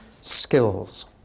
skills